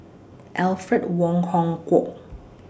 Alfred Wong Hong Kwok